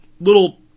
little